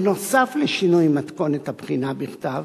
בנוסף לשינוי מתכונת הבחינה בכתב,